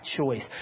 choice